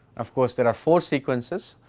of course there are four sequences,